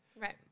Right